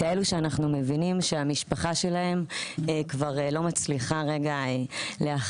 כאלו שאנחנו מבינים שהמשפחה שלהם כבר לא מצליחה להכיל